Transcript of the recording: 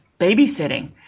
babysitting